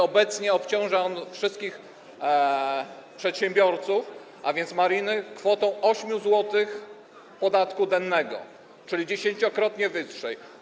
Obecnie obciąża on wszystkich przedsiębiorców, a więc mariny, kwotą 8 zł podatku dennego, czyli dziesięciokrotnie wyższą.